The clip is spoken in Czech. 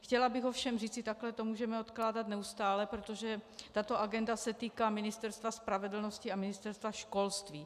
Chtěla bych ovšem říci, takhle to můžeme odkládat neustále, protože tato agenda se týká Ministerstva spravedlnosti a Ministerstva školství.